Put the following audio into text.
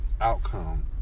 outcome